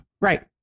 Right